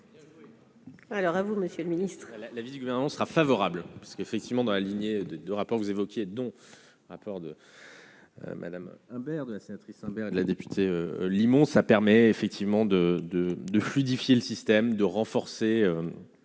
Alors à vous monsieur le Ministre,